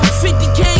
50k